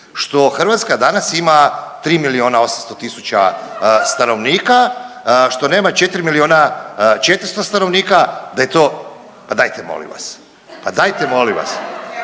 što Hrvatska danas ima 3 milijuna 800 tisuća stanovnika, što nema 4 milijuna 400 stanovnika da je to, pa dajte molim vas, pa dajte molim vas,